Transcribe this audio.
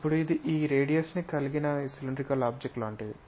ఇప్పుడు ఇది ఈ రేడియస్ కలిగిన సిలిండ్రికల్ ఆబ్జెక్ట్ లాంటిది